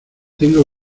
tengo